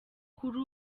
kuri